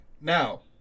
Now